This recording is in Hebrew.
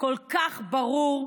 כל כך ברור,